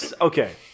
okay